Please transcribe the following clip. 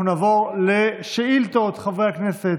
אנחנו נעבור לשאילתות, חברי הכנסת.